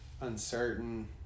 uncertain